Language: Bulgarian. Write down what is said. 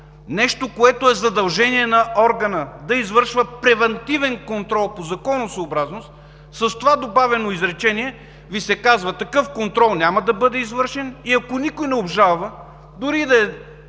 нещо, което е задължение на органа – да извършва превантивен контрол по законосъобразност, с това добавено изречение се казва, че такъв контрол няма да бъде извършван. Ако никой не обжалва, дори да е